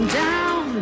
down